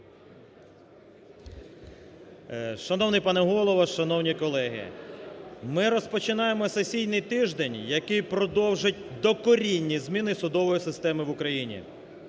Шановний пане Голово! Шановні колеги! Ми розпочинаємо сесійний тиждень, який продовжить докорінні зміни судової системи в Україні.